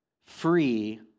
free